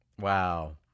wow